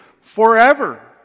forever